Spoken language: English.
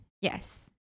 Yes